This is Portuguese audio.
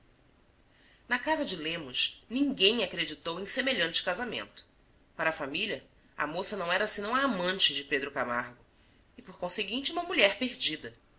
na casa de lemos ninguém acreditou em semelhante casamento para a família a moça não era senão a amante de pedro camargo e por conseguinte uma mulher perdida